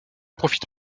profite